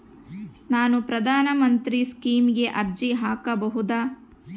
ನಾನು ಪ್ರಧಾನ ಮಂತ್ರಿ ಸ್ಕೇಮಿಗೆ ಅರ್ಜಿ ಹಾಕಬಹುದಾ?